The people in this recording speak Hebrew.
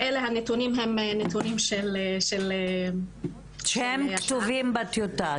אלה הנתונים הם נתונים של- -- שהם כתובים בטיוטה,